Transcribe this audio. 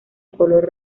color